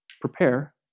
prepare